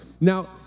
Now